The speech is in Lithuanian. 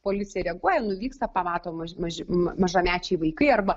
policija reaguoja nuvyksta pamato maži maž mažamečiai vaikai arba